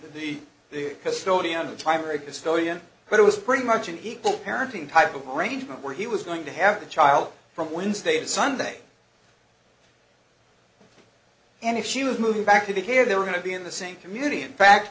historian but it was pretty much an equal parenting type of arrangement where he was going to have a child from wednesday to sunday and if she was moving back to the care they were going to be in the same community in fact